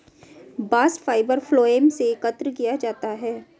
bast fibre phloem से एकत्र किया जाता है